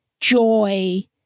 joy